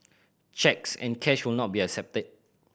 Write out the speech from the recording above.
cheques and cash will not be accepted